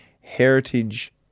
heritage